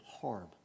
harm